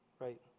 right